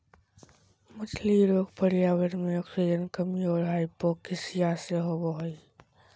मछली रोग पर्यावरण मे आक्सीजन कमी और हाइपोक्सिया से होबे हइ